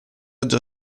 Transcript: già